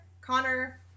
Connor